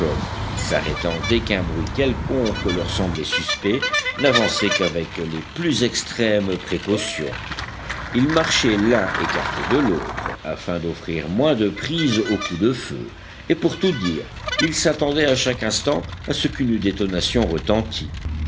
s'arrêtant dès qu'un bruit quelconque leur semblait suspect n'avançaient qu'avec les plus extrêmes précautions ils marchaient l'un écarté de l'autre afin d'offrir moins de prise aux coups de feu et pour tout dire ils s'attendaient à chaque instant à ce qu'une détonation retentît